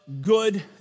good